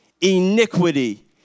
iniquity